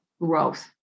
growth